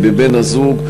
בבן-הזוג,